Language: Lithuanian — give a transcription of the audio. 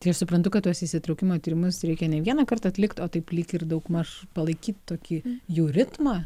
tai aš suprantu kad tuos įsitraukimo tyrimus reikia ne vieną kartą atlikt o taip lyg ir daugmaž palaikyt tokį jų ritmą